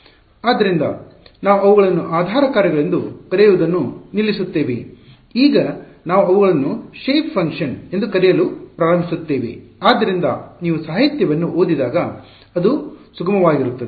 ಆದ್ದರಿಂದ ನಾವು ಅವುಗಳನ್ನು ಆಧಾರ ಕಾರ್ಯಗಳೆಂದು ಕರೆಯುವುದನ್ನು ನಿಲ್ಲಿಸುತ್ತೇವೆ ಈಗ ನಾವು ಅವುಗಳನ್ನು ಶೇಪ್ ಫಂಕ್ಶನ್ ಎಂದು ಕರೆಯಲು ಪ್ರಾರಂಭಿಸುತ್ತೇವೆ ಆದ್ದರಿಂದ ನೀವು ಸಾಹಿತ್ಯವನ್ನು ಓದಿದಾಗ ಅದು ಸುಗಮವಾಗಿರುತ್ತದೆ